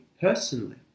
personally